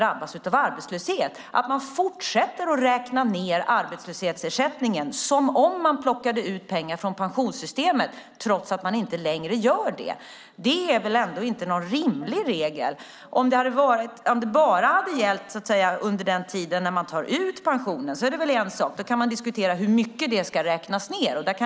Arbetslöshetsersättningen räknas nämligen fortsatt ned som om man plockade ut pengar från pensionssystemet, trots att man inte längre gör det. Det är väl ändå inte en rimlig regel? Det är en sak om det bara hade gällt under den tid man tar ut pensionen. Då kan man diskutera hur mycket det ska räknas ned.